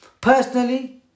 personally